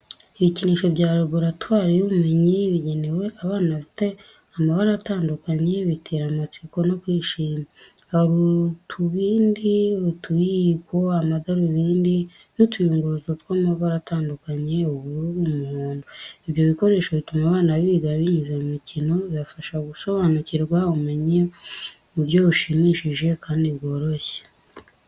Ibikinisho bya laboratoire y’ubumenyi bigenewe abana bifite amabara atandukanye bitera amatsiko no kwishima. Hari utubindi, utuyiko, amadarubindi n’utuyunguruzo tw’amabara atukura, ubururu n’umuhondo. Ibyo bikoresho bituma abana biga binyuze mu mikino, bibafasha gusobanukirwa ubumenyi mu buryo bushimishije kandi bworoshye.